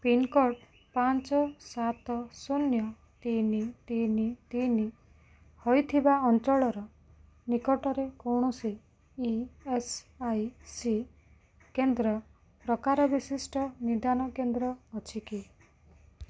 pincode ପାଞ୍ଚ ସାତ ଶୂନ୍ ତିନ ତିନ ତିନ ହୋଇଥିବା ଅଞ୍ଚଳର ନିକଟରେ କୌଣସି ଇ ଏସ୍ ଆଇ ସି କେନ୍ଦ୍ର ପ୍ରକାର ବିଶିଷ୍ଟ ନିଦାନ କେନ୍ଦ୍ର ଅଛି କି